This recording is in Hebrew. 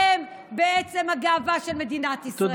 כי אתם בעצם הגאווה של מדינת ישראל.